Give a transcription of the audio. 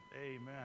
Amen